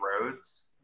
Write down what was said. roads